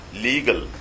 legal